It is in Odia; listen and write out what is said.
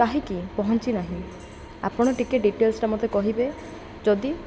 କାହିଁକି ପହଞ୍ଚି ନାହିଁ ଆପଣ ଟିକେ ଡିଟେଲସ୍ଟା ମତେ କହିବେ ଯଦି